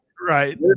Right